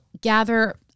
gather